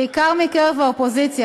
בעיקר מקרב האופוזיציה,